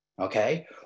okay